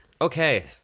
Okay